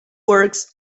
works